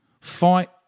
fight